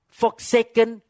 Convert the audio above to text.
forsaken